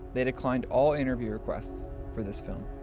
they declined all interview requests for this film.